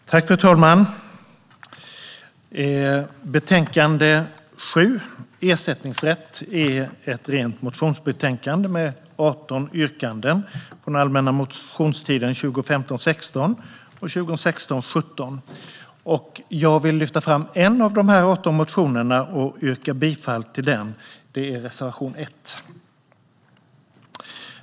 Fru talman! Civilutskottets betänkande 7, Ersättningsrätt , är ett motionsbetänkande där 18 motioner från allmänna motionstiden 2015 17 behandlas. Jag vill lyfta fram en av dessa 18 motioner och yrka bifall till reservation 1 där den tas upp.